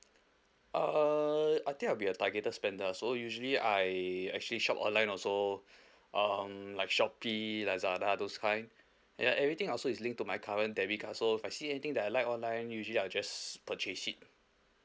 uh I think I'll be a targeted spender so usually I actually shop online also um like shopee lazada those kind ya everything also is linked to my current debit card so if I see anything that I like online usually I'll just purchase it